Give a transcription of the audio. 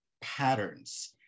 patterns